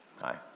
Hi